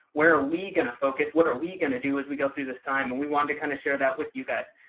where are we going to focus? what are we going to do as we go through this time, and we want to kind of share that with you guys.